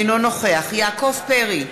אינו נוכח יעקב פרי,